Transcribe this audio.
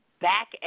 back